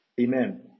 Amen